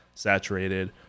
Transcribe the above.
saturated